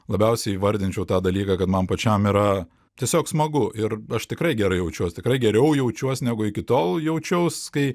labiausiai įvardinčiau tą dalyką kad man pačiam yra tiesiog smagu ir aš tikrai gerai jaučiuos tikrai geriau jaučiuos negu iki tol jaučiaus kai